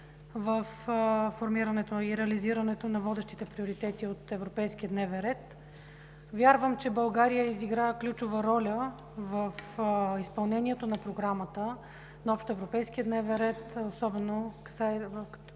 във формирането и реализирането на водещите приоритети от европейския дневен ред, вярвам, че България изигра ключова роля в изпълнението на Програмата на общоевропейския дневен ред, особено що